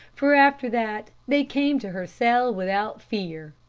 for after that they came to her cell without fear.